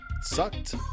sucked